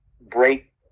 break